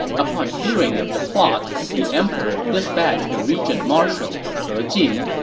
upon hearing of the plot, the emperor dispatched the regent marshal, he jin,